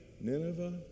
Nineveh